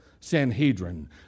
Sanhedrin